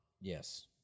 Yes